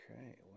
Okay